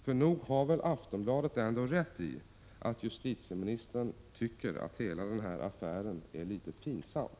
För nog har väl Aftonbladet rätt i att justitieministern tycker att hela den här affären är litet pinsam?